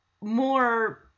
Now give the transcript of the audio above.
more